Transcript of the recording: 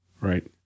Right